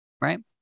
right